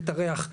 את הריח.